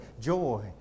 joy